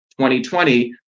2020